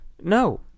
No